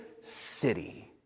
city